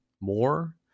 more